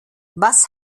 was